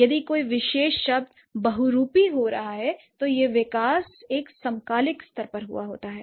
यदि कोई विशेष शब्द बहुरूपी हो रहा है तो यह विकास एक समकालिक स्तर पर हुआ होता है